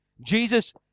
jesus